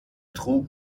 trug